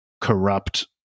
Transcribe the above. corrupt